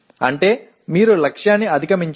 అంటే మీరు లక్ష్యాన్ని అధిగమించారు